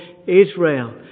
Israel